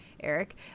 Eric